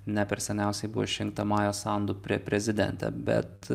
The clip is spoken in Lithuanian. ne per seniausiai buvo išrinkta maja sandu pre prezidente bet